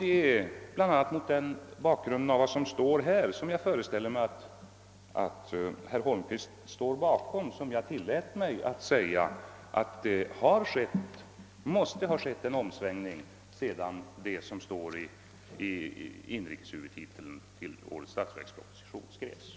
Det var bl.a. mot bakgrunden av dessa uttalanden i kompletteringspropositionen, vilka jag förestäl ler mig att herr Holmqvist står bakom, som jag tillät mig säga att det måste ha skett en omsvängning sedan innehållet under statsverkspropositionens inrikeshuvudtitel utarbetades.